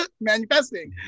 manifesting